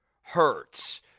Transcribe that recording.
hurts